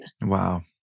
Wow